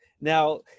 Now